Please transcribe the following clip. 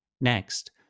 Next